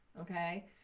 Okay